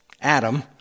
Adam